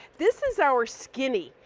this is our skinny.